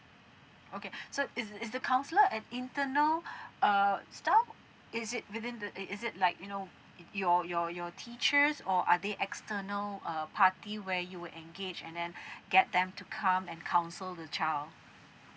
okay so is is the counsellor an internal uh staff is it within the it is it like you know in your your your teachers or are they external uh party where you will engage and then get them to come and counsel the child